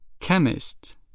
Chemist